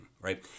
right